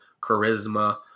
charisma